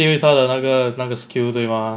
因为他的那个那个 skill 对吗